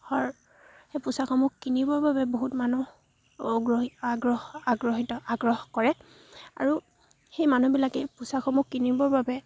হৰ সেই পোচাকসমূহ কিনিবৰ বাবে বহুত মানুহ অগ্ৰহী আগ্ৰহীত আগ্ৰহ কৰে আৰু সেই মানুহবিলাকেই পোচাকসমূহ কিনিবৰ বাবে